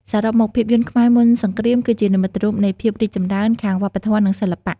សរុបមក ភាពយន្តខ្មែរមុនសង្គ្រាមគឺជានិមិត្តរូបនៃភាពរីកចម្រើនខាងវប្បធម៌ និងសិល្បៈ។